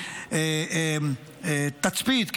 תצפית,